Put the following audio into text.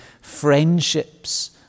friendships